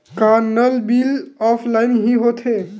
का नल bill offline हि होथे?